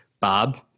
Bob